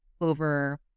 over